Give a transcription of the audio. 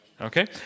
Okay